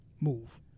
move